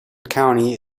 county